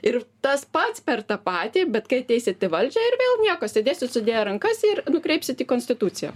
ir tas pats per tą patį bet kai ateisit į valdžią ir vėl nieko sėdėsit sudėję rankas ir nukreipsit į konstituciją